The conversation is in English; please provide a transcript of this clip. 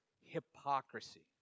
hypocrisy